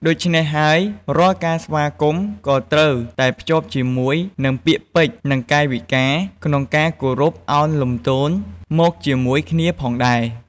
ដូច្នេះហើយ រាល់ការស្វាគមន៍ក៏ត្រូវតែភ្ចាប់ជាមួយនឹង ពាក្យពេចន៍ និងកាយវិការ ក្នុងការគោរពឱនលំទោនមកជាមួយគ្នាផងដែរ។